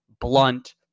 Blunt